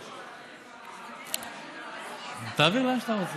הצעת חוק למניעת הפצה ומימון של נשק